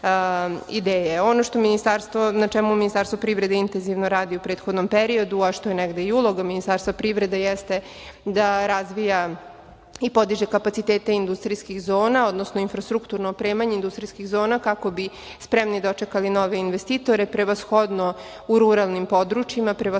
poslovne ideje. Ono na čemu Ministarstvo privrede intenzivno radi u prethodnom periodu, a što je negde i uloga Ministarstva privrede jeste da razvija i podiže kapacitete industrijskih zona, odnosno infrastrukturno opremanje industrijskih zona kako bi spremni dočekali nove investitore, prevashodno u ruralnim područjima, prevashodno